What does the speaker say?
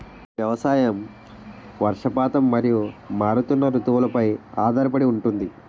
వ్యవసాయం వర్షపాతం మరియు మారుతున్న రుతువులపై ఆధారపడి ఉంటుంది